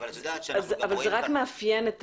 זה מאפיין את